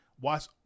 Watch